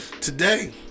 Today